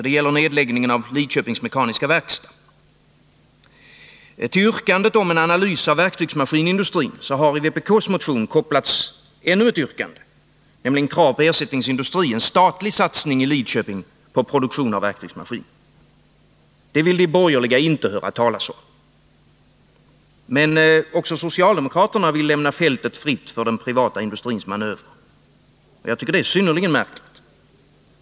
Det gäller nedläggningen av Lidköpings Mekaniska Verkstads AB. Till yrkandet om en analys av verktygsmaskinindustrin har i vpk:s motion kopplats ännu ett yrkande, nämligen kravet på ersättningsindustri — en statlig satsning i Lidköping på produktion av verktygsmaskiner. Det vill de borgerliga inte höra talas om. Men också socialdemokraterna vill lämna fältet fritt för den privata industrins manövrer. Jag tycker att det är synnerligen märkligt.